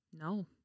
No